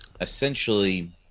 essentially